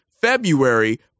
February